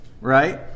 Right